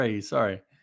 Sorry